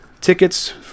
tickets